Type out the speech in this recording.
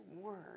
word